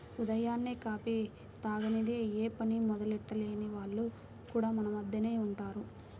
ఉదయాన్నే కాఫీ తాగనిదె యే పని మొదలెట్టని వాళ్లు కూడా మన మద్దెనే ఉంటారు